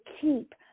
keep